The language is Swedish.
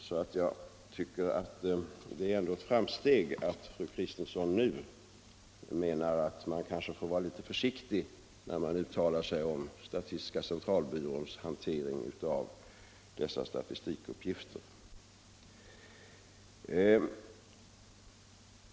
Det är därför ett framsteg att fru Kristensson nu menar att man bör vara försiktig när man uttalar sig om statistiska centralbyråns hantering av dessa statistiska uppgifter.